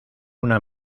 una